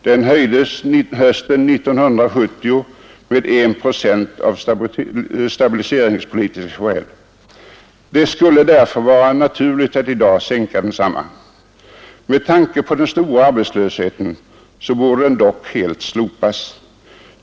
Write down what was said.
Den höjdes hösten 1970 med 1 procent av stabiliseringspolitiska skäl. Det skulle därför vara naturligt att i dag sänka densamma. Med tanke på den stora arbetslösheten borde den dock helt slopas.